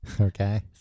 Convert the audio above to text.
Okay